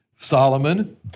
Solomon